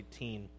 18